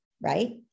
right